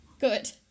Good